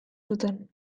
zuten